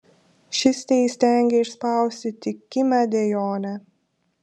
šis teįstengė išspausti tik kimią dejonę